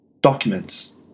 documents